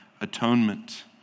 atonement